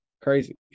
crazy